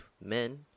men